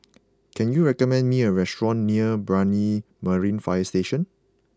can you recommend me a restaurant near Brani Marine Fire Station